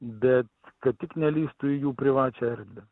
bet kad tik nelįstų į jų privačią erdvę